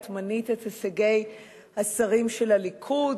את מנית את הישגי השרים של הליכוד,